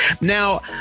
Now